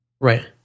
Right